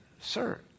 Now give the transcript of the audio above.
Sir